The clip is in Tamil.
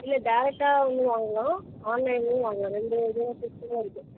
இல்லை டைரக்டாக வந்து வாங்கலாம் ஆன்லைன்லேயும் வாங்கலாம் ரெண்டு இதுலேயும் சிஸ்டமும் இருக்குது